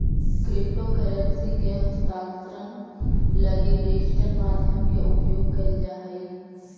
crypto currency के हस्तांतरण लगी डिजिटल माध्यम के उपयोग कैल जा हइ